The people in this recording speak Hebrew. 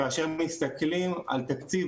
כאשר מסתכלים על תלמיד